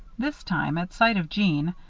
this time, at sight of jeanne,